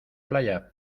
playa